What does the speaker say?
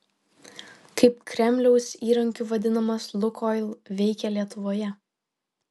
kaip kremliaus įrankiu vadinamas lukoil veikė lietuvoje